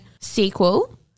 sequel